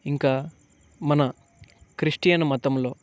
ఇంకా మన క్రిస్టియన్ మతంలో